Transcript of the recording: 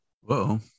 Whoa